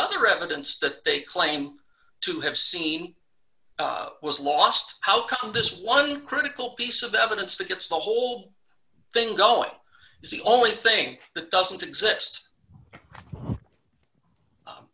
other evidence that they claim to have seen was lost how come this one critical piece of evidence that gets the whole thing going is the only thing that doesn't exist